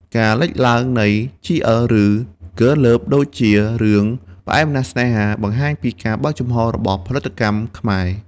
ការលេចឡើងនៃ GL ឬ Girls Love ដូចជារឿង "ផ្អែមណាស់ស្នេហា" បង្ហាញពីការបើកចំហររបស់ផលិតកម្មខ្មែរ។